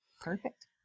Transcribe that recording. Perfect